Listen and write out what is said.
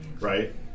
right